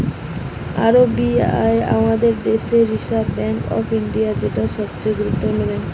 R B I আমাদের দেশের reserve bank of India, যেটা সবচে গুরুত্বপূর্ণ ব্যাঙ্ক